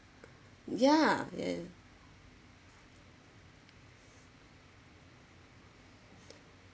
yeah and